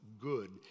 good